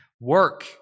work